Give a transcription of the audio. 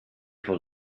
voel